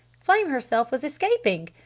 flame herself was escaping!